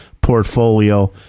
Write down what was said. portfolio